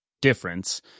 difference